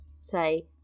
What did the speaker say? say